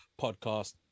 podcast